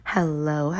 Hello